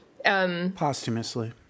Posthumously